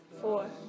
Four